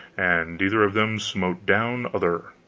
and either of them smote down other,